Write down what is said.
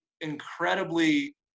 incredibly